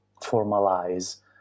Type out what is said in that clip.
formalize